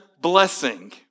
blessing